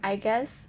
I guess